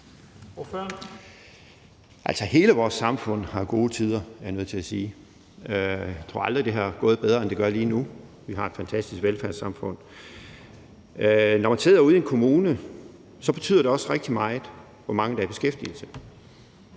er jeg nødt til at sige. Jeg tror aldrig, det har gået bedre, end det gør lige nu. Vi har et fantastisk velfærdssamfund. Når man sidder ude i en kommune, betyder det også rigtig meget, hvor mange der er i beskæftigelse.